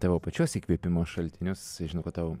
tavo pačios įkvėpimo šaltinius žinau kad tau